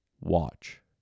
watch